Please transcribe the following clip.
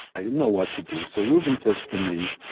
i didn't know what to do. so rueven says to me,